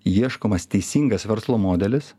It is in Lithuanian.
ieškomas teisingas verslo modelis